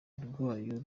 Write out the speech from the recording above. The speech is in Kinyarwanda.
rwayo